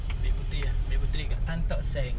ambil puteri ah ambil puteri kat tan tock seng